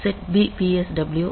SETB PSW 0